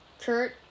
Kurt